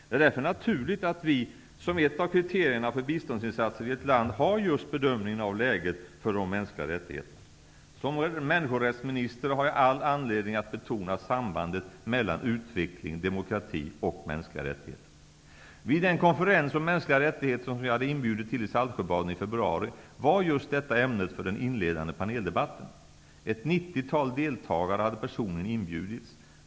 Det är därför naturligt att vi som ett av kriterierna för biståndsinsatser i ett land har just bedömningen av läget för de mänskliga rättigheterna. Som människorättsminister har jag all anledning att betona sambandet mellan utveckling, demokrati och mänskliga rättigheter. Vid den konferens om mänskliga rättigheter som jag hade inbjudit till i Saltsjöbaden i februari var just detta ämnet för den inledande paneldebatten.